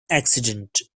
accident